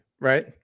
right